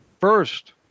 First